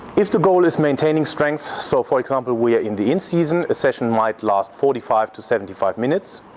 if the goal is maintaining strength, so for example we are in the in season a session might last forty five to seventy five minutes.